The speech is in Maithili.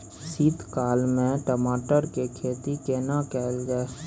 शीत काल में टमाटर के खेती केना कैल जाय?